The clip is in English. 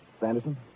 Sanderson